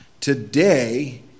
today